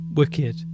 Wicked